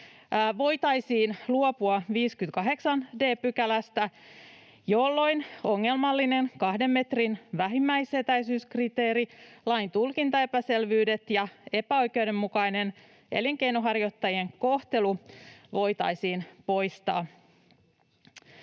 voitaisiin luopua 58 d §:stä, jolloin ongelmallinen 2 metrin vähimmäisetäisyyskriteeri, lain tulkintaepäselvyydet ja epäoikeudenmukainen elinkeinonharjoittajien kohtelu voitaisiin poistaa.